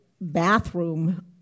bathroom